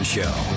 Show